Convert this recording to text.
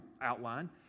outline